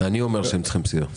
אני אומר שהם צריכים סיוע.